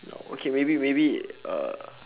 okay maybe maybe uh